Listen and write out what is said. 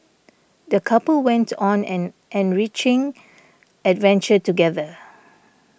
the couple went on an enriching adventure together